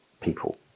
people